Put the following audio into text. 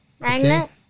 Magnet